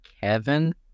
Kevin